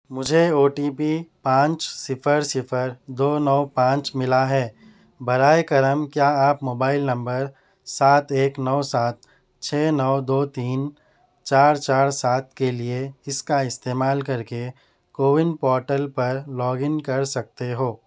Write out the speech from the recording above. مجھے O T P پانچ صفر صفر دو نو پانچ ملا ہے براہ کرم کیا آپ موبائل نمبر سات ایک نو سات چھ نو دو تین چار چار سات کے لیے اس کا استعمال کر کے کوون پورٹل پر لاگ ان کر سکتے ہو